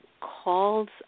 calls